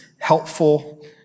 helpful